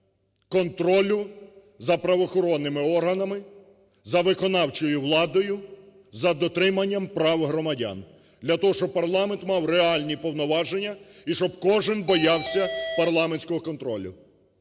контролю за правоохоронними органами, за виконавчою владою, за дотриманням прав громадян, для того, щоб парламент мав реальні повноваження і щоб кожний боявся парламентського контролю.